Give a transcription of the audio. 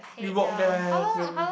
we walk there we will